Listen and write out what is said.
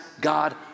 God